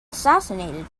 assassinated